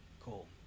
Cool